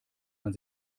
man